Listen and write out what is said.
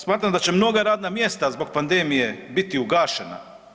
Smatram da će mnoga radna mjesta zbog pandemije biti ugašena.